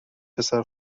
پسر